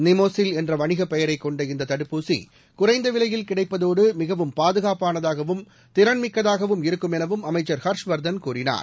Pneumosil என்ற வணிகப் பெயரைக் கொண்ட இந்த தடுப்பூசிகுறைந்த விலையில் கிடைப்பதோடு மிகவும் பாதுகாப்பானதாகவும் திறன்மிக்கதாகவும் இருக்கும் எனவும் அமைச்சர் ஹ்ர்ஷ்வர்தன் கூறினார்